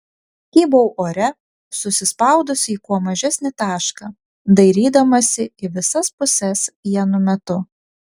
kybau ore susispaudusi į kuo mažesnį tašką dairydamasi į visas puses vienu metu